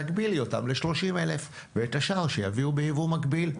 תגבילי אותם ל-30,000 ואת השאר שיביאו ביבוא מקביל.